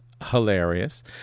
hilarious